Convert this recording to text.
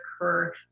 occur